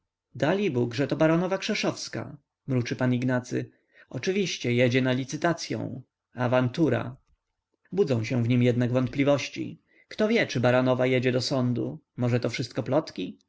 że to baronowa krzeszowska mruczy pan ignacy oczywiście jedzie na licytacyą awantura budzą się w nim jednak wątpliwości kto wie czy baronowa jedzie do sądu możeto wszystko plotki